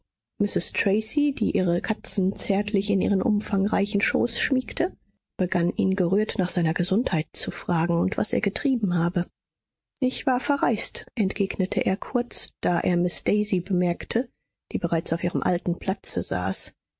tracy die ihre katzen zärtlich in ihren umfangreichen schoß schmiegte begann ihn gerührt nach seiner gesundheit zu fragen und was er getrieben habe ich war verreist entgegnete er kurz da er miß daisy bemerkte die bereits auf ihrem alten platze saß